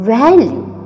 value